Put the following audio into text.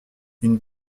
une